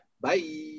bye